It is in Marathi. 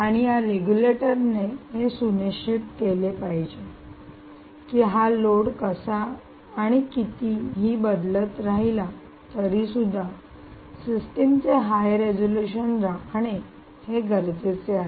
आणि या रेगुलेटरने हे सुनिश्चित केले पाहिजे की हा लोड कसा आणि किती ही बदलत राहिला तरीसुद्धा सिस्टम चे हाय रेसोल्युशन राखणे हे गरजेचे आहे